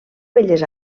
belles